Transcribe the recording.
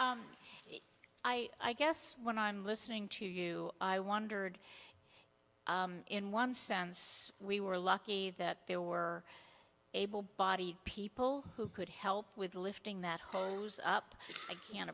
know i i guess when i'm listening to you i wondered in one sense we were lucky that they were able bodied people who could help with lifting that hollows up i can